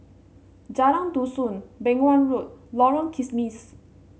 Jalan Dusun Beng Wan Road Lorong Kismis